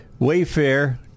Wayfair